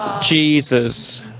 Jesus